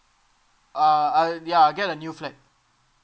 uh I yeah get a new flat